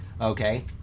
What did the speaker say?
okay